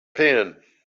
pen